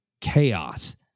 chaos